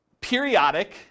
periodic